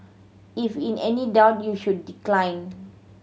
if in any doubt you should decline